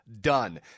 Done